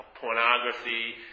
Pornography